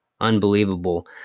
unbelievable